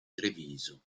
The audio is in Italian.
treviso